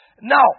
Now